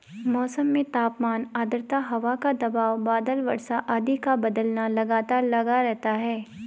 मौसम में तापमान आद्रता हवा का दबाव बादल वर्षा आदि का बदलना लगातार लगा रहता है